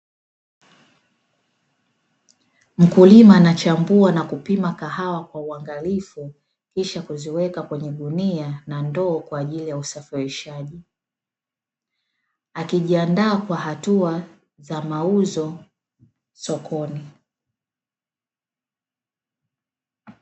Mkulima anachambua na kupima kahawa kwa uangalifu kisha kuziweka kwenye gunia na ndoo kwa ajili ya usafirishaji, akijiandaa kwa hatua za mauzo sokoni.